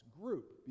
group